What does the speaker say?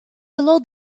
below